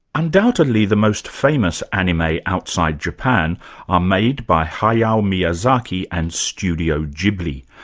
undoubtedly the most famous anime outside japan are made by hayao miyazaki and studio ghibli.